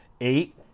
eight